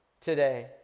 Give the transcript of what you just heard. today